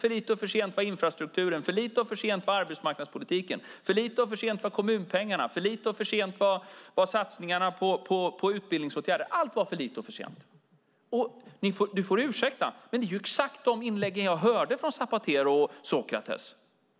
För lite och för sent var infrastrukturen, för lite och för sent var arbetsmarknadspolitiken, för lite och för sent var kommunpengarna, för lite och för sent var satsningarna på utbildningsåtgärder. Allt var för lite och för sent. Du får ursäkta, men det var exakt de inläggen som jag hörde från Zapatero och Sócrates.